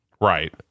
Right